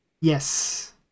Yes